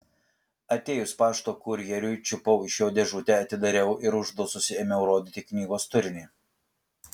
atėjus pašto kurjeriui čiupau iš jo dėžutę atidariau ir uždususi ėmiau rodyti knygos turinį